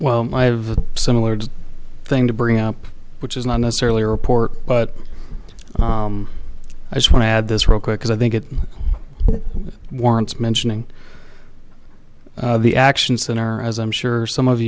well i have a similar just thing to bring up which is not necessarily report but i just want to add this real quick because i think it warrants mentioning the action center as i'm sure some of